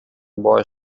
boy